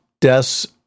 deaths